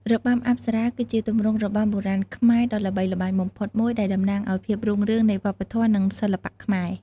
របាំអប្សរា គឺជាទម្រង់របាំបុរាណខ្មែរដ៏ល្បីល្បាញបំផុតមួយ ដែលតំណាងឱ្យភាពរុងរឿងនៃវប្បធម៌ និងសិល្បៈខ្មែរ។